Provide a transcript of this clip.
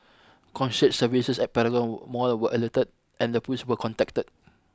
services at Paragon mall were alerted and the police were contacted